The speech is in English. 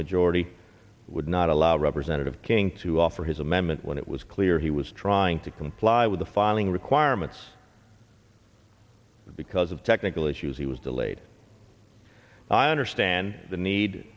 majority would not allow representative king to offer his amendment when it was clear he was trying to comply with the filing requirements because of technical issues he was delayed i understand the need